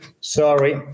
Sorry